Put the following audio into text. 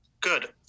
Good